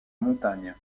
montagne